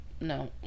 no